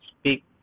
speak